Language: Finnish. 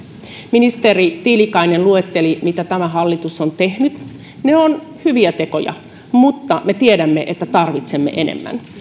ministeri tiilikainen luetteli mitä tämä hallitus on tehnyt ne ovat hyviä tekoja mutta me tiedämme että tarvitsemme enemmän